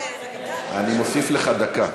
אני מוסיף לך דקה.